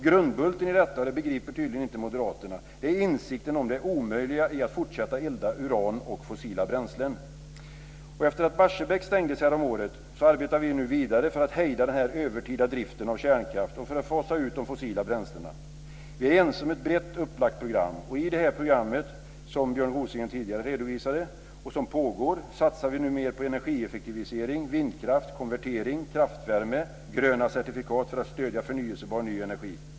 Grundbulten i detta, och det begriper tydligen inte moderaterna, är insikten om det omöjliga i att fortsätta elda uran och fossila bränslen. Efter att Barsebäck stängdes häromåret arbetar vi nu vidare för att hejda den här övertida driften av kärnkraft och för att fasa ut de fossila bränslena. Vi är ense om ett brett upplagt program. Och i det här programmet, som Björn Rosengren tidigare redovisade och som pågår, satsar vi nu mer på energieffektivisering, vindkraft, konvertering, kraftvärme och gröna certifikat för att stödja förnyelsebar ny energi.